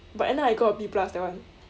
but end up I got a B plus that one